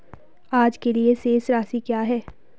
आज के लिए शेष राशि क्या है?